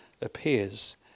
appears